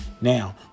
Now